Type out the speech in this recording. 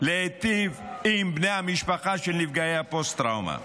להיטיב עם בני המשפחה של נפגעי הפוסט-טראומה.